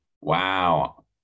Wow